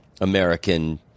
American